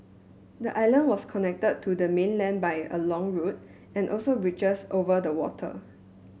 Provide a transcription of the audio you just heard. the island was connected to the mainland by a long road and also bridges over the water